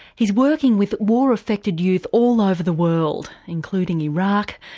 he's working with war-affected youth all over the world including iraq,